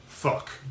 Fuck